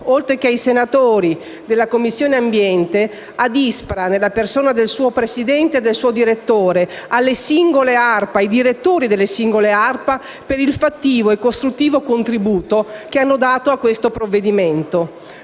oltre che ai senatori della Commissione ambiente, a ISPRA, nelle persone del suo presidente e direttore, alle singole ARPA e ai loro direttori, per il fattivo e costruttivo contributo che hanno dato a questo provvedimento.